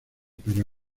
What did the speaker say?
pero